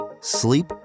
sleep